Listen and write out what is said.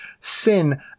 sin